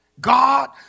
God